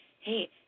Hey